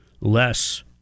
less